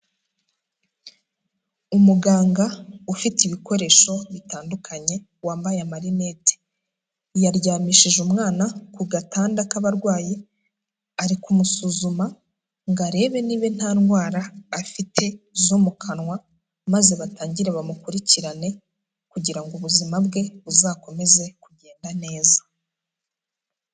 Umuganga ufite ibikoresho bitandukanye wambaye amarinete, yaryamishije umwana ku gatanda k'abarwayi ari kumusuzuma ngo arebe niba nta ndwara afite zo mu kanwa, maze batangire bamukurikirane kugira ngo ubuzima bwe buzakomeze kugenda neza.